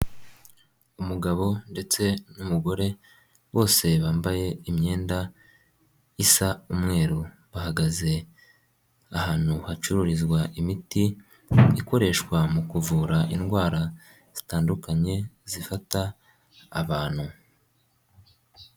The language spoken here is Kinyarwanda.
Umugabo ndetse n'umugore bose bambaye imyenda isa n'umweru, bahagaze ahantu hacururizwa imiti ikoreshwa mu kuvura indwara zitandukanye zifata abantu.